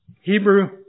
Hebrew